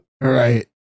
right